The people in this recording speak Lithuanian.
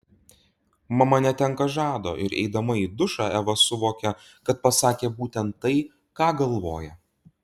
mama netenka žado ir eidama į dušą eva suvokia kad pasakė būtent tai ką galvoja